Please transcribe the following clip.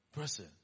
person